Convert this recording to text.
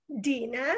Dina